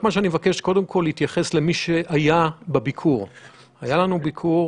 היה ביקור